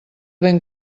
ben